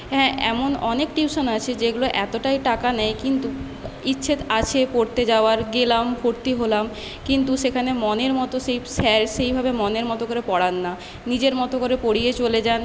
হ্যাঁ এমন অনেক টিউশন আছে যেগুলো এতটাই টাকা নেয় কিন্তু ইচ্ছে আছে পড়তে যাওয়ার গেলাম ভর্তি হলাম কিন্তু সেখানে মনের মতো সেই স্যার সেইভাবে মনের মতো করে পড়ান না নিজের মতো করে পড়িয়ে চলে যান